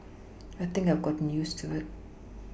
I think I have gotten used to it